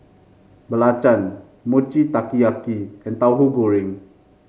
Belacan Mochi Taiyaki and Tahu Goreng